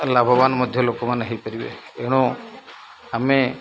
ଲାଭବାନ ମଧ୍ୟ ଲୋକମାନେ ହେଇପାରିବେ ଏଣୁ ଆମେ